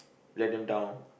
let them down